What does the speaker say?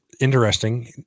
Interesting